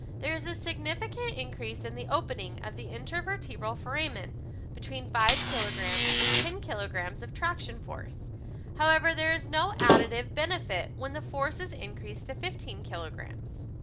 there is a significant increase in the opening of the intervertebral foramen between five kilograms and ten kilograms of traction force however, there is no additive benefit when the forces increased to fifteen kilograms.